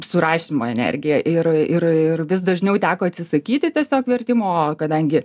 su rašymo energija ir ir ir vis dažniau teko atsisakyti tiesiog vertimo o kadangi